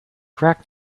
crack